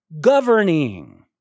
governing